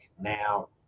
Now